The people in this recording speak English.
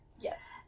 Yes